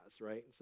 right